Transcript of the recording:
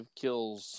kills